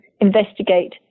investigate